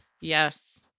Yes